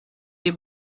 les